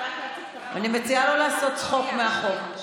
אני מציעה לא לעשות צחוק מהחוק.